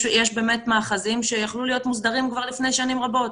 יש באמת מאחזים שיכלו להיות מוסדרים כבר לפני שנים רבות,